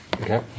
okay